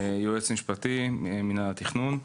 יועץ משפטי בלשכה המשפטית של מינהל התכנון.